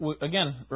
again